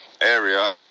area